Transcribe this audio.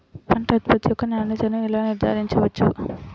పంట ఉత్పత్తి యొక్క నాణ్యతను ఎలా నిర్ధారించవచ్చు?